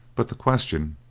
but the question,